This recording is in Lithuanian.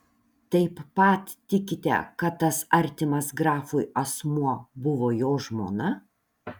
taip pat tikite kad tas artimas grafui asmuo buvo jo žmona